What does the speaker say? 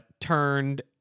turned